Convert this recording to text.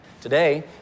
Today